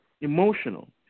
Emotional